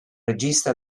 regista